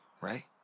Right